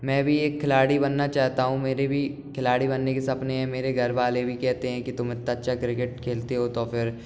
मैं भी एक खिलाड़ी बनना चाहता हूँ मेरी भी खिलाड़ी बनने के सपने है मेरे घर वाले भी कहते हैं कि तुम इतना अच्छा क्रिकेट खेलते हो तो फिर